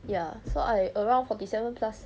ya so I around forty seven plus